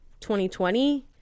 2020